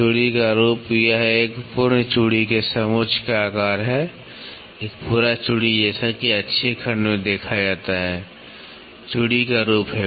चूड़ी का रूप यह एक पूर्ण चूड़ी के समोच्च का आकार है एक पूरा चूड़ी जैसा कि अक्षीय खंड में देखा जाता है चूड़ी का रूप है